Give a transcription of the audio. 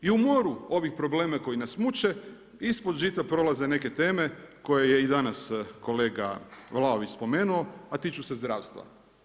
I u moru ovih problema koji nas muče ispod žita prolaze neke teme koje je i danas kolega Vlaović spomenuo, a tiču se zdravstva.